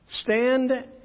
stand